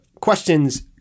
questions